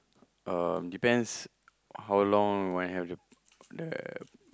um depends how long do I have the the